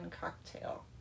cocktail